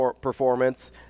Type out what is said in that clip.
performance